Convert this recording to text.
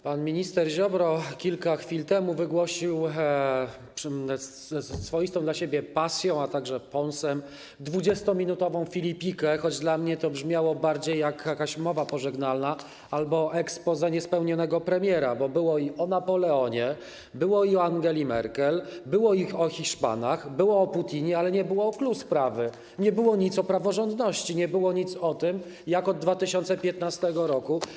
Pan minister Ziobro kilka chwil temu wygłosił - ze swoistą dla siebie pasją, a także pąsem - 20-minutową filipikę, choć dla mnie to brzmiało bardziej jak jakaś mowa pożegnalna albo exposé niespełnionego premiera, bo było i o Napoleonie, i o Angeli Merkel, i o Hiszpanach, i o Putinie, ale nie było o clou sprawy, nie było nic o praworządności, nie było nic o tym, jak od 2015 r.